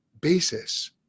basis